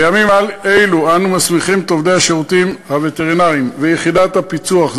בימים אלו אנו מסמיכים את עובדי השירותים הווטרינריים ויחידת הפיצו"ח,